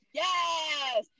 yes